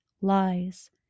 lies